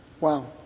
Wow